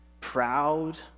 proud